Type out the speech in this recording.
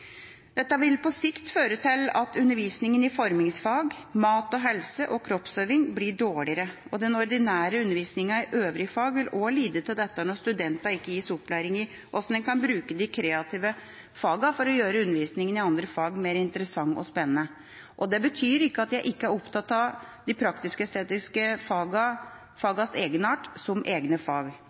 Dette vil på sikt vil føre til at undervisningen i formingsfag, mat og helse og kroppsøving blir dårligere. Den ordinære undervisningen i øvrige fag vil også lide av dette når studentene ikke gis opplæring i hvordan en kan bruke de kreative fagene for å gjøre undervisningen i andre fag mer interessant og spennende. Det betyr ikke at jeg ikke er opptatt av de praktisk-estetiske fagenes egenart som egne fag.